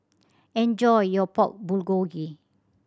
enjoy your Pork Bulgogi